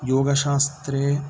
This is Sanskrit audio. योगशास्त्रे